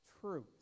truth